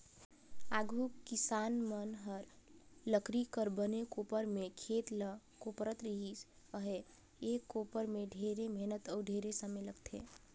आघु किसान मन हर लकरी कर बने कोपर में खेत ल कोपरत रिहिस अहे, ए कोपर में ढेरे मेहनत अउ ढेरे समे लगथे